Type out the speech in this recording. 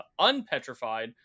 unpetrified